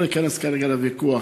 לא אכנס כרגע לוויכוח,